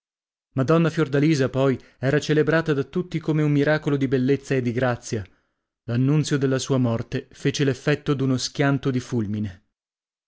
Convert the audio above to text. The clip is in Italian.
madonna fiordalisa poi era celebrata da tutti come un miracolo di bellezza e di grazia l'annunzio della sua morte fece l'effetto d'uno schianto di fulmine